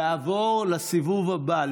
יעבור לסיבוב הבא,